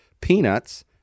peanuts